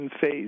phase